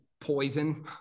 poison